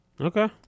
Okay